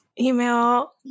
email